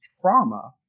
trauma